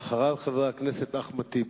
ואחריו חבר הכנסת אחמד טיבי.